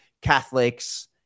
Catholics